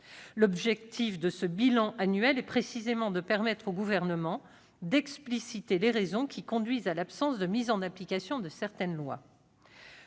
L'objectif de ce bilan annuel est précisément de permettre au Gouvernement d'expliciter les raisons qui conduisent à l'absence de mise en application de certaines lois.